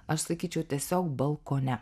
aš sakyčiau tiesiog balkone